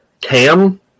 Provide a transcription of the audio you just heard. Cam